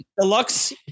deluxe